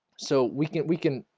so we can we can